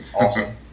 Awesome